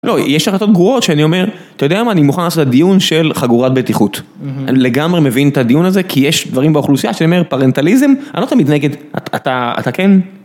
לא, יש החלטות גרועות שאני אומר, אתה יודע מה, אני מוכן לעשות דיון של חגורת בטיחות. אני לגמרי מבין את הדיון הזה, כי יש דברים באוכלוסייה שאומרים פרנטליזם, אני לא תמיד נגד, אתה כן?